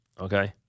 Okay